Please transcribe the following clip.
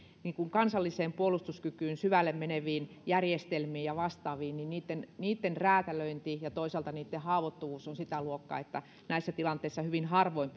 kansalliseen puolustuskykyyn syvälle meneviin järjestelmiin ja vastaaviin niin niitten niitten räätälöinti ja toisaalta niitten haavoittuvuus ovat sitä luokkaa että näissä tilanteissa hyvin harvoin